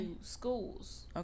schools